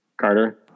Carter